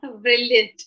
Brilliant